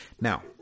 Now